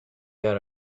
got